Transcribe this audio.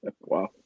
Wow